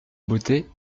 beauté